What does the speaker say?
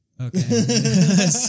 Okay